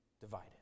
divided